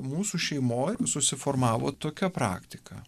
mūsų šeimoj susiformavo tokia praktika